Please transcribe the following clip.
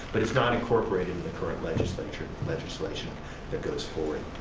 but it's not incorporated in the current legislation legislation that goes forward.